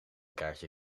kaartje